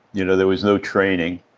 you know, there was no training.